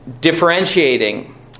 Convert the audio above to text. differentiating